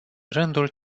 rândul